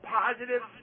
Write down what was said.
positive